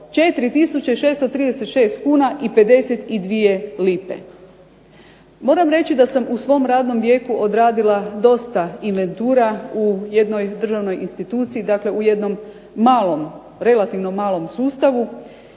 636 kuna i 52 lipe. Moram reći da sam u svom radnom vijeku odradila dosta inventura u jednoj državnoj instituciji, dakle u jednom malom, relativnom malom sustavu